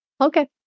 Okay